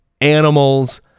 animals